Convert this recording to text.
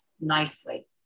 nicely